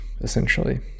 essentially